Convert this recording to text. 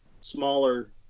smaller